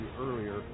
earlier